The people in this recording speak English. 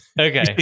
Okay